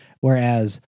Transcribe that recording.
Whereas